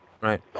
right